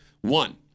One